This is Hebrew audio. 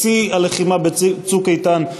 בשיא הלחימה ב"צוק איתן",